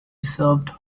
served